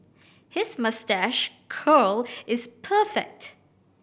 his moustache curl is perfect